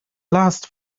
last